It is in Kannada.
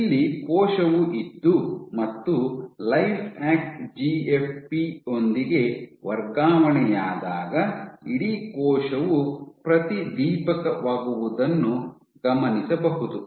ಇಲ್ಲಿ ಕೋಶವು ಇದ್ದು ಮತ್ತು ಲೈಫ್ಯಾಕ್ಟ್ ಜಿಎಫ್ಪಿ ಯೊಂದಿಗೆ ವರ್ಗಾವಣೆಯಾದಾಗ ಇಡೀ ಕೋಶವು ಪ್ರತಿದೀಪಕವಾಗುವುದನ್ನು ಗಮನಿಸಬಹುದು